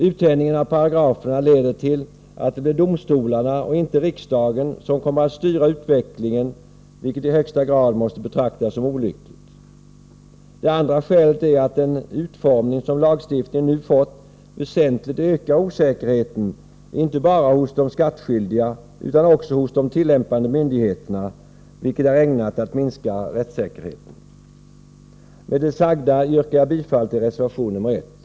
Uttänjningen av paragraferna leder till att det blir domstolarna och inte riksdagen som kommer att styra utvecklingen, vilket i högsta grad måste betraktas som olyckligt. Det andra skälet är att den utformning som lagstiftningen nu fått väsentligt ökar osäkerheten, inte bara hos de skattskyldiga utan också hos de tillämpande myndigheterna, vilket är ägnat att minska rättssäkerheten. Med det sagda yrkar jag bifall till reservation 1.